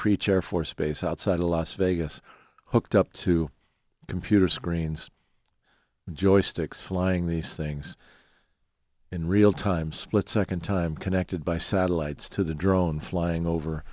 creech air force base outside a las vegas hoked up to computer screens joysticks flying these things in real time split second time connected by satellites to the drone flying over